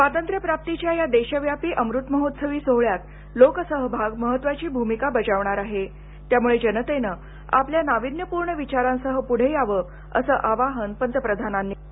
स्वातंत्र्यप्राप्तीच्या या देशव्यापी अमृत महोत्सवी सोहळ्यात लोकसहभाग महत्त्वाची भूमिका बजावणार आहे त्यामुळे जनतेनं आपल्या नाविन्यपूर्ण विचारांसह पूढे यावं असं आवाहन पंतप्रधानांनी केलं